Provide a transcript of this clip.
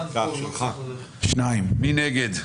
מי נגד?